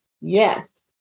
Yes